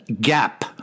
Gap